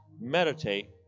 meditate